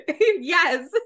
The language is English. Yes